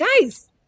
Guys